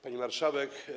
Pani Marszałek!